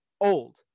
old